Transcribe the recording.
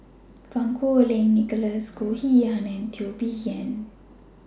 Fang Kuo Wei Nicholas Goh Yihan and Teo Bee Yen